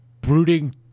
brooding